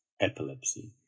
epilepsy